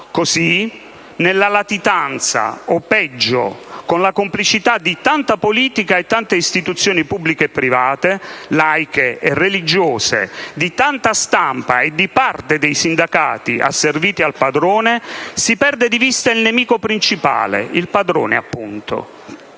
Così, nella latitanza o, peggio, con la complicità di tanta politica e tante istituzioni pubbliche e private, laiche e religiose, di tanta stampa e di parte dei sindacati asserviti al padrone, si perde di vista il nemico principale, il padrone appunto,